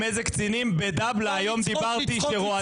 אתה רוצה שאני אספר לך עם איזה קצינים בדבל"א היום דיברתי שרועדים?